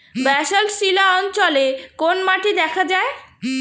Basalt শিলা অঞ্চলে কোন মাটি দেখা যায়?